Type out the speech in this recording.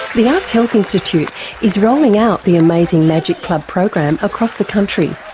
the arts health institute is rolling out the amazing magic club program across the country.